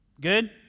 Good